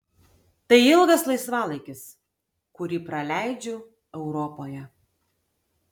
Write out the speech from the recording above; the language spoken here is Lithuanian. tai ilgas laisvalaikis kurį praleidžiu europoje